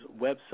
website